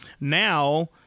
now